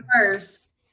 first